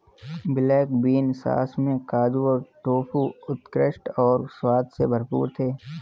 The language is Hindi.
ब्लैक बीन सॉस में काजू और टोफू उत्कृष्ट और स्वाद से भरपूर थे